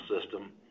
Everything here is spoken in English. system